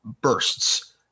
bursts